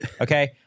Okay